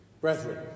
Brethren